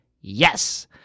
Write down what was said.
Yes